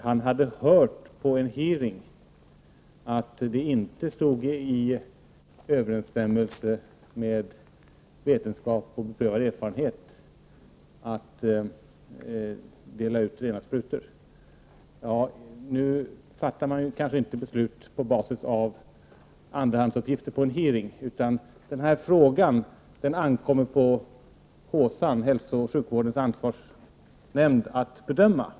Han hade hört på en hearing att det inte stod i överensstämmelse med vetenskap och beprövad erfarenhet att dela ut rena sprutor. Nu fattar man knappast beslut på basis av andrahandsuppgifter från en hearing. Den här frågan ankommer på HSAN, hälsooch sjukvårdens ansvarsnämnd, att bedöma.